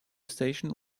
station